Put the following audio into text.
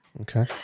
Okay